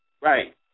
Right